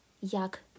jak